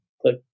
click